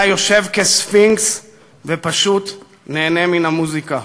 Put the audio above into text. היה יושב כספינקס ופשוט היה נהנה מהמוזיקה.